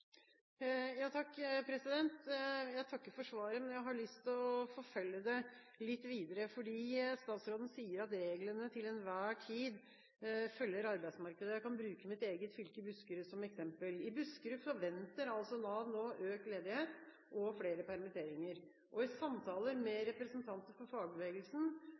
Jeg takker for svaret, men jeg har lyst til å forfølge det litt videre, fordi statsråden sier at reglene til enhver tid følger arbeidsmarkedet. Jeg kan bruke mitt eget fylke, Buskerud, som eksempel. I Buskerud forventer altså Nav nå økt ledighet og flere permitteringer. I samtaler med representanter for fagbevegelsen